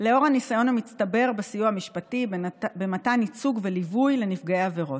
לאור הניסיון המצטבר בסיוע המשפטי במתן ייצוג וליווי לנפגעי עבירות.